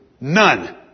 None